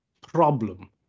problem